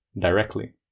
directly